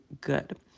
good